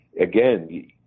Again